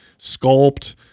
sculpt